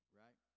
right